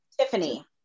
Tiffany